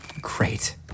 Great